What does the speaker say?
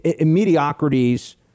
mediocrities